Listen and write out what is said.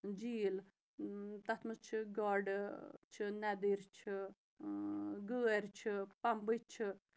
جیٖل تَتھ منٛز چھِ گاڈٕ چھِ نَدٕرۍ چھِ گٲرۍ چھِ پَمبٕچ چھِ